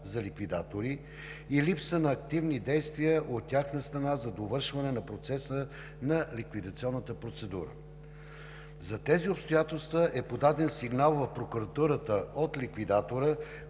за ликвидатори и липсата на активни действия от тяхна страна за довършване на процеса на ликвидационната процедура. За тези обстоятелства е подаден сигнал в Прокуратурата от ликвидатора,